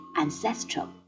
ancestral